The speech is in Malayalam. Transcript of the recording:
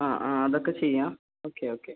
ആ ആ അതൊക്കെ ചെയ്യാം ഓക്കെ ഓക്കെ